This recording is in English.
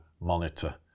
monitor